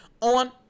on